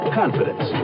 confidence